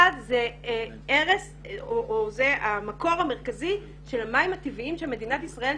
זה המקור המרכזי של המים הטבעיים של מדינת ישראל,